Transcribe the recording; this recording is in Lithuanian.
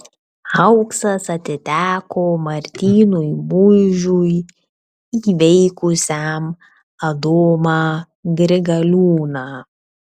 auksas atiteko martynui muižiui įveikusiam adomą grigaliūną